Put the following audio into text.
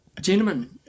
gentlemen